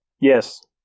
Yes